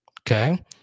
Okay